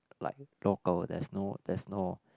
like local there's no there's no